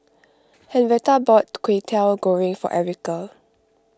Henretta bought Kway Teow Goreng for Erica